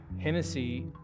Hennessy